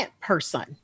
person